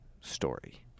story